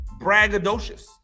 braggadocious